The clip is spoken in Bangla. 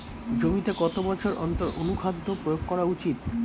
জমিতে কত বছর অন্তর অনুখাদ্য প্রয়োগ করা উচিৎ?